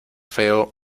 feo